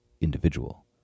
individual